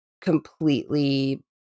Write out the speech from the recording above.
completely